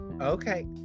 okay